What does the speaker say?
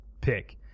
pick